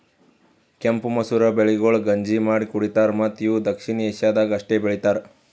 ಕೆಂಪು ಮಸೂರ ಬೆಳೆಗೊಳ್ ಗಂಜಿ ಮಾಡಿ ಕುಡಿತಾರ್ ಮತ್ತ ಇವು ದಕ್ಷಿಣ ಏಷ್ಯಾದಾಗ್ ಅಷ್ಟೆ ಬೆಳಿತಾರ್